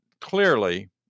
clearly